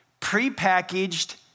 prepackaged